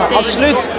absoluut